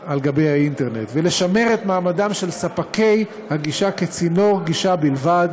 על גבי האינטרנט ולשמר את מעמדם של ספקי הגישה כצינור גישה בלבד,